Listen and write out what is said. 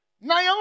Naomi